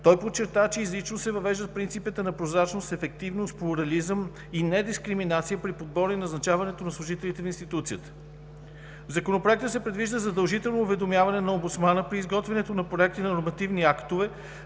Той подчерта, че изрично се въвеждат принципите на прозрачност, ефективност, плурализъм и недискриминация при подбора и назначаването на служителите в институцията. В Законопроекта се предвижда задължително уведомяване на омбудсмана при изготвянето на проекти на нормативни актове,